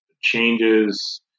changes